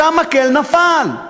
שהמקל נפל.